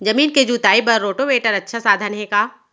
जमीन के जुताई बर रोटोवेटर अच्छा साधन हे का?